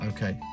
Okay